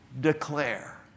declare